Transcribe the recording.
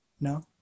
No